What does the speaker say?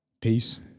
Peace